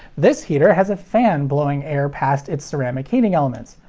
this heater has a fan blowing air past its ceramic heating elements.